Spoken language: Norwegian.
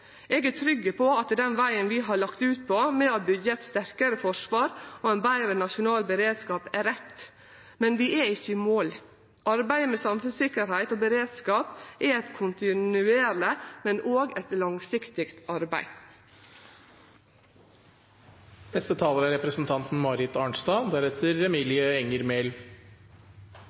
Eg er trygg på at den vegen vi har lagt ut på, med å byggje eit sterkare forsvar og ein betre nasjonal beredskap, er rett, men vi er ikkje i mål. Arbeidet med samfunnssikkerheit og beredskap er eit kontinuerleg, men òg eit langsiktig arbeid. Det er